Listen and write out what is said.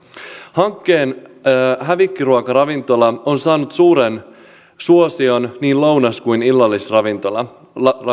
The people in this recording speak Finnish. hankkeen hävikkiruokaravintola on saanut suuren suosion niin lounas kuin illallisravintolana